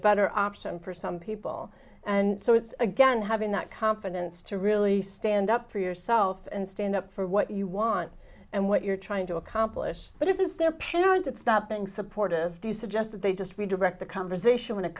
better option for some people and so it's again having that confidence to really stand up for yourself and stand up for what you want and what you're trying to accomplish but it is their parent that's stopping supportive do you suggest that they just redirect the conversation when it